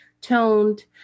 toned